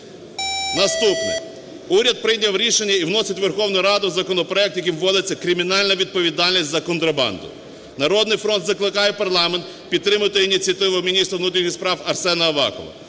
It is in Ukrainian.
Наступне. Уряд прийняв рішення і вносить в Верховну Раду законопроект, яким вводиться кримінальна відповідальність за контрабанду. "Народний фронт" закликає парламент підтримати ініціативу міністра внутрішніх справ Арсена Авакова,